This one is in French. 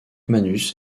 manus